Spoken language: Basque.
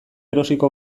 erosiko